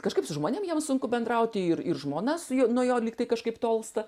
kažkaip su žmonėm jam sunku bendrauti ir ir žmona su juo nuo jo lyg tai kažkaip tolsta